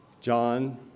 John